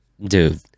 Dude